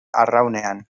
arraunean